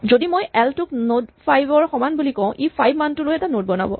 যদি মই L two ক নড ফাইভ ৰ সমান বুলি কওঁ ই ফাইভ মানটো লৈ এটা নড বনাব